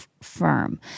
firm